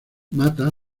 mata